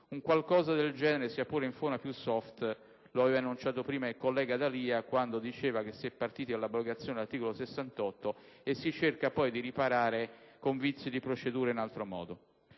Un qualcosa del genere, sia pure in forma più *soft*, lo aveva prefigurato prima il collega D'Alia, quando diceva che si è partiti dall'abrogazione dell'articolo 68 della Costituzione e si cerca poi di riparare con vizi di procedure in altro modo.